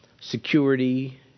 security